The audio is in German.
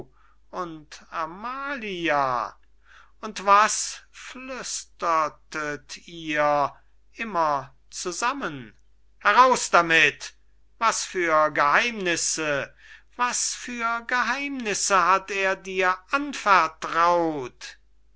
und amalia und was flüstertet ihr immer zusammen heraus damit was für geheimnisse was für geheimnisse hat er dir anvertraut